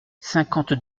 cinquante